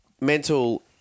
mental